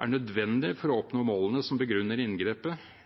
er nødvendig for å